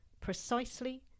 precisely